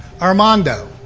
Armando